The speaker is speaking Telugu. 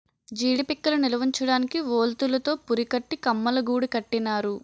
జీడీ పిక్కలు నిలవుంచడానికి వౌల్తులు తో పురికట్టి కమ్మలగూడు కట్టినారు